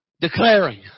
declaring